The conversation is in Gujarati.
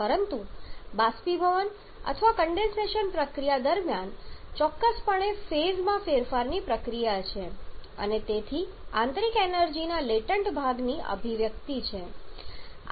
પરંતુ બાષ્પીભવન અથવા કન્ડેન્સેશન પ્રક્રિયા દરમિયાન જે ચોક્કસપણે ફેઝ માં ફેરફારની પ્રક્રિયા છે અને તેથી આંતરિક એનર્જી ના લેટન્ટ ભાગની અભિવ્યક્તિ છે